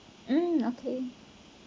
um okay